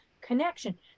connection